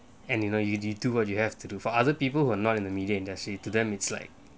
and you know you need to what you have to do for other people who are not in the media industry to them it's like